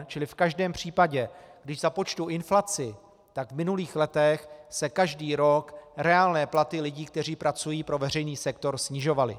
Čili v každém případě, když započtu inflaci, tak v minulých letech se každý rok reálné platy lidí, kteří pracují pro veřejný sektor, snižovaly.